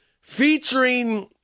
featuring